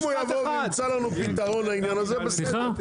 אם הוא יבוא וימצא לנו פתרון לעניין הזה, בסדר.